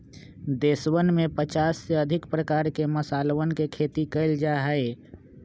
देशवन में पचास से अधिक प्रकार के मसालवन के खेती कइल जा हई